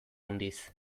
handiz